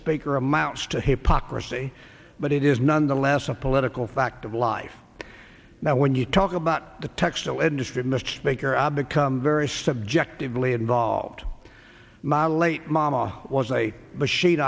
speaker amounts to hypocrisy but it is nonetheless a political fact of life now when you talk about the textile industry mr baker i become very subjectively involved my late mama was a machine